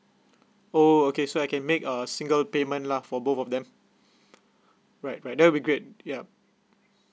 oh okay so I can make a single payment lah for both of them right right that will be great yup